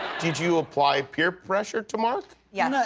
did you apply peer pressure to mark? yeah and